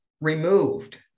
removed